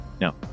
No